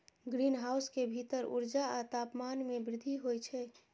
greenhouse के भीतर ऊर्जा आ तापमान मे वृद्धि होइ छै